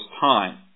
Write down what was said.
time